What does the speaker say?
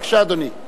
בבקשה, אדוני.